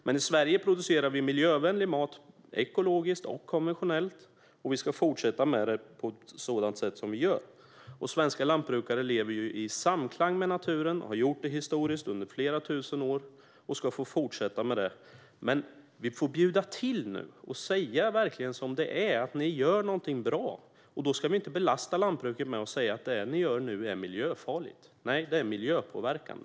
Men i Sverige produceras miljövänlig mat, ekologiskt och konventionellt, och det ska man fortsätta med på det sätt som man gör. Svenska lantbrukare lever i samklang med naturen och har gjort det genom historien under flera tusen år, och det ska de få fortsätta med. Men nu får man bjuda till och säga som det verkligen är att de gör någonting bra. Då ska jordbruket inte belastas med att vi säger: Det som ni gör nu är miljöfarligt. Nej, det är miljöpåverkande.